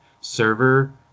server